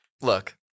Look